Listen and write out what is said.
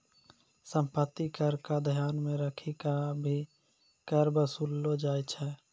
सम्पत्ति कर क ध्यान मे रखी क भी कर वसूललो जाय छै